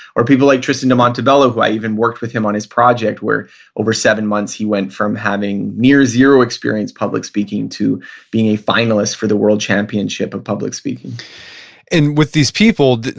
or people like tristan de montebello, who i even worked with him on his project, where over seven months he went from having near zero experience public speaking to being a finalist for the world championship of public speaking and with these people,